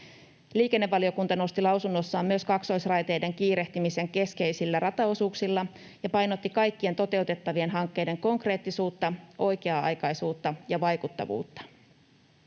Liikennevaliokunta nosti lausunnossaan myös kaksoisraiteiden kiirehtimisen keskeisillä rataosuuksilla ja painotti kaikkien toteutettavien hankkeiden konkreettisuutta, oikea-aikaisuutta ja vaikuttavuutta.